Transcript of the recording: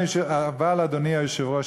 אדוני היושב-ראש,